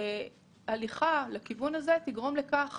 הליכה לכיוון הזה תגרום לכך